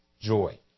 joy